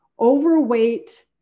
overweight